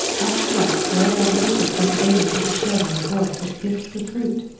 after that arabella bishop went daily to the shed on the wharf with gifts of fruit,